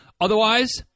Otherwise